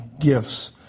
gifts